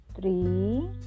three